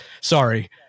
sorry